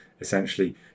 essentially